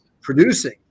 producing